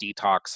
detox